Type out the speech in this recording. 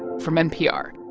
from npr